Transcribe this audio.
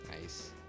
nice